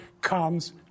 comes